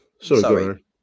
Sorry